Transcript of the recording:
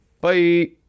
Bye